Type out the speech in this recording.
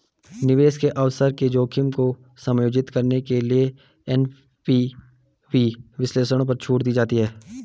निवेश के अवसर के जोखिम को समायोजित करने के लिए एन.पी.वी विश्लेषणों पर छूट दी जाती है